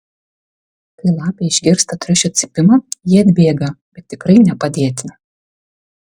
kai lapė išgirsta triušio cypimą ji atbėga bet tikrai ne padėti